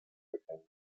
erkennen